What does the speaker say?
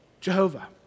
Jehovah